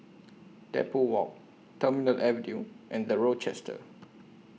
Depot Walk Terminal Avenue and The Rochester